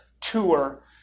tour